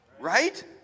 right